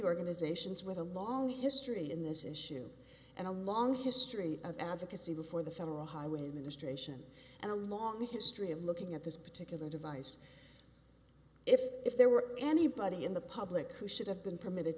organisations with a long history in this issue and a long history of advocacy before the federal highway administration and a long history of looking at this particular device if if there were anybody in the public who should have been permitted